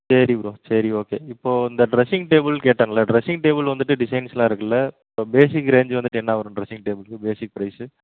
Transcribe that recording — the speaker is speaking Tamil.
சரி ப்ரோ சரி ஓகே இப்போது இந்த ட்ரெஸ்ஸிங் டேபிள் கேட்டேனில்ல ட்ரெஸ்ஸிங் டேபிள் வந்துட்டு டிசைன்ஸ்லாம் இருக்கில்ல இப்போ பேசிக் ரேஞ்சு வந்துட்டு என்ன வரும் ட்ரெஸ்ஸிங் டேபிள்க்கு பேசிக் ப்ரைஸு